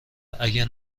اگه